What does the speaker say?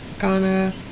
ghana